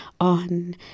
on